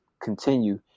continue